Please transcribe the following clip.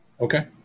Okay